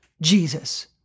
Jesus